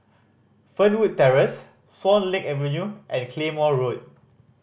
Fernwood Terrace Swan Lake Avenue and Claymore Road